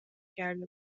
کرده